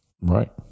Right